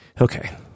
Okay